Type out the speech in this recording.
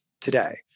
today